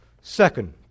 Second